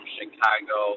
Chicago